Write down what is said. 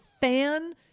fan